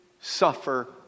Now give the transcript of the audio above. suffer